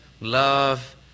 love